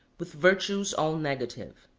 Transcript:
with virtues all negative.